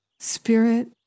Spirit